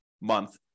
month